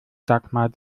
dagmar